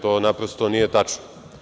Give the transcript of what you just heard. To naprosto nije tačno.